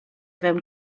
fewn